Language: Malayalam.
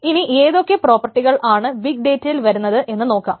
ഇനി ഏതൊക്കെ പ്രോപ്പർട്ടികൾ ആണ് ബിഗ് ഡേറ്റയിൽ വരുന്നത് എന്ന് നോക്കാം